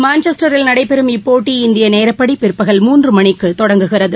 மான்செஸ்டரில் நடைபெறும் இப்போட்டி இந்திய நேரப்படி பிற்பகல் மூன்று மணிக்கு தொடங்குகிறது